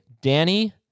Danny